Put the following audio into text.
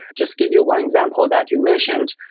just give you one example that you mentioned,